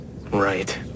Right